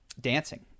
dancing